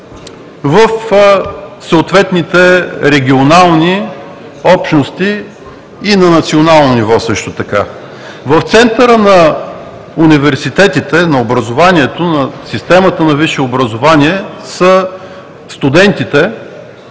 в съответните регионални общности, а и на национално ниво. В центъра на университетите, на образованието, на системата на висше образование са студентите